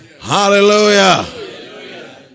Hallelujah